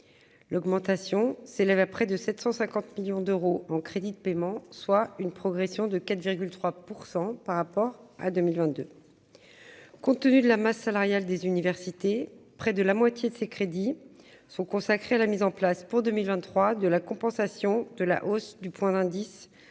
L'augmentation s'élève à près de 750 millions d'euros en crédits de paiement, soit une progression de 4,3 % par rapport à 2022. Compte tenu de la masse salariale des universités, près de la moitié des crédits nouveaux sont consacrés à la mise en place pour 2023 de la compensation de la hausse du point d'indice